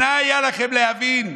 שנה הייתה לכם להבין,